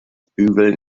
bügeln